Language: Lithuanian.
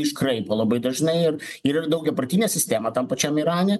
iškraipo labai dažnai ir yra ir daugiapartinė sistema tam pačiam irane